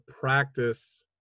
practice